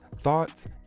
thoughts